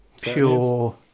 pure